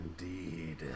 indeed